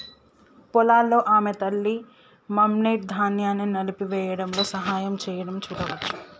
పొలాల్లో ఆమె తల్లి, మెమ్నెట్, ధాన్యాన్ని నలిపివేయడంలో సహాయం చేయడం చూడవచ్చు